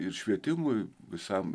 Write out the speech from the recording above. ir švietimui visam